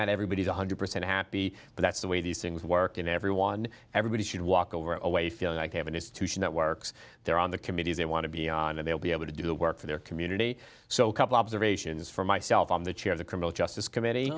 not everybody is one hundred percent happy but that's the way these things work and everyone everybody should walk over away feeling like they have an institution that works there on the committees they want to be on and they'll be able to do the work for their community so couple observations for myself on the chair of the criminal justice committee